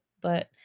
but-